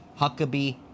Huckabee